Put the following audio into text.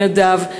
ומנעדיו.